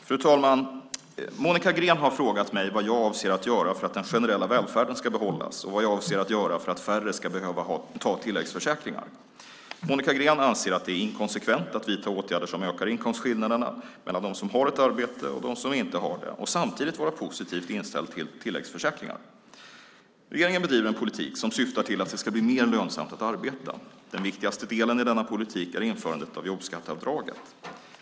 Fru talman! Monica Green har frågat mig vad jag avser att göra för att den generella välfärden ska behållas och vad jag avser att göra för att färre ska behöva ta tilläggsförsäkringar. Monica Green anser att det är inkonsekvent att vidta åtgärder som ökar inkomstskillnaderna mellan dem som har ett arbete och de som inte har det och samtidigt vara positivt inställd till tilläggsförsäkringar. Regeringen bedriver en politik som syftar till att det ska bli mer lönsamt att arbeta. Den viktigaste delen i denna politik är införandet av jobbskatteavdraget.